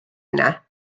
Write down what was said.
yna